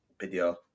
video